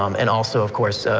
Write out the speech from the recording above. um and also, of course,